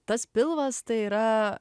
tas pilvas tai yra